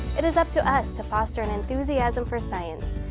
it is up to us to foster an enthusiasm for science,